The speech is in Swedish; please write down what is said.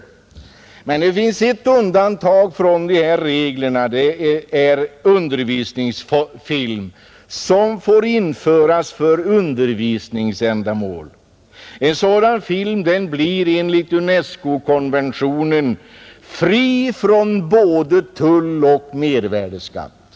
2 juni 1971 Det finns emellertid ett undantag från dessa regler, och det är undervisningsfilm som införs för undervisningsändamål. Sådan film är Ändring i tullenligt UNESCO-konventionen fri från både tull och mervärdeskatt.